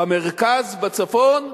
במרכז, בצפון,